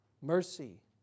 mercy